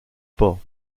pas